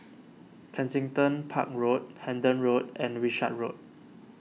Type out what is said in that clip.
Kensington Park Road Hendon Road and Wishart Road